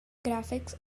graphics